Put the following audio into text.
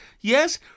yes